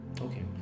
Okay